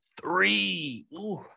Three